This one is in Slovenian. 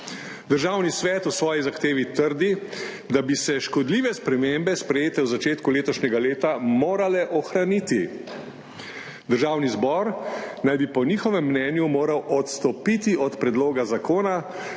Državni svet v svoji zahtevi trdi, da bi se škodljive spremembe, sprejete v začetku letošnjega leta, morale ohraniti. Državni zbor naj bi po njihovem mnenju moral odstopiti od predloga zakona,